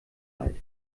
alt